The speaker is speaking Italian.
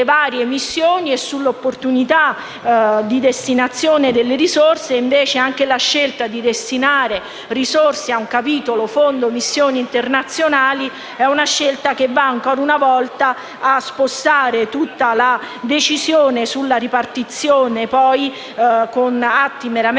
varie missioni e sull'opportunità di destinazione delle risorse. Invece, anche la scelta di destinare risorse a un Fondo missioni internazionali ancora una volta va a spostare tutta la decisione sulla ripartizione, poi con atti meramente